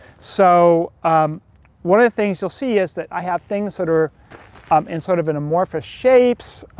so one of the things you'll see is that i have things that are um in sort of an amorphous shapes,